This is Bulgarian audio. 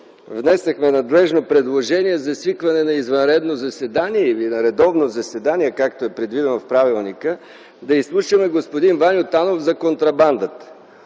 внесохме надлежно предложение за свикване на извънредно заседание или на редовно заседание, както е предвидено в правилника, да изслушаме господин Ваньо Танов за контрабандата.